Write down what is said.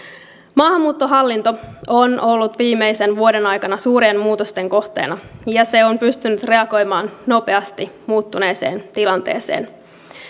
maahanmuuttohallinto on ollut viimeisen vuoden aikana suurien muutosten kohteena ja se on pystynyt reagoimaan nopeasti muuttuneeseen tilanteeseen